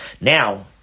Now